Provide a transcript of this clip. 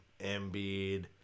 Embiid